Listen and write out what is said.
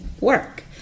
work